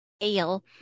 Ale